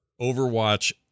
Overwatch